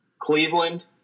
Cleveland